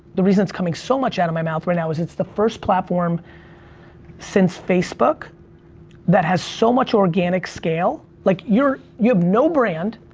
the reason it's coming so much out of my mouth right now is it's the first platform since facebook that has so much organic scale. like you have no brand.